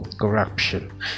corruption